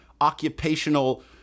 occupational